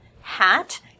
hat